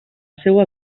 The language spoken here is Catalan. seua